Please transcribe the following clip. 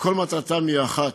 וכל מטרתם היא אחת: